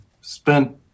spent